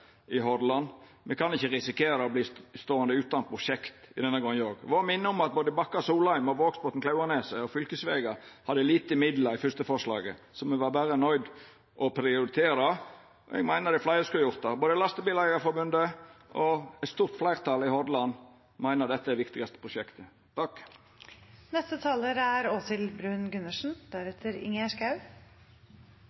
i Hordaland. Me kan ikkje risikera å verta ståande utan prosjekt denne gongen òg. Eg vil minna om at både Bakka–Solheim og Vågsbotn–Klauvaneset, som er fylkesvegar, hadde lite midlar i det første forslaget, så me var berre nøydde til å prioritera. Eg meiner fleire skulle gjort det. Både Lastebileierforbundet og eit stort fleirtal i Hordaland meiner dette er det viktigaste prosjektet.